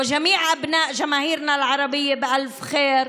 וכל בני עמנו הערבים באלף טוב,